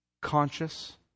conscious